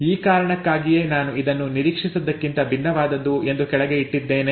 ಈ ಕಾರಣಕ್ಕಾಗಿಯೇ ನಾನು ಇದನ್ನು ನಿರೀಕ್ಷಿಸಿದ್ದಕ್ಕಿಂತ ಭಿನ್ನವಾದದ್ದು ಎಂದು ಕೆಳಗೆ ಇಟ್ಟಿದ್ದೇನೆ